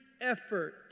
effort